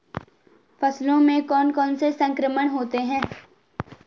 फसलों में कौन कौन से संक्रमण होते हैं?